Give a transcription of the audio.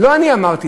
לא אני אמרתי.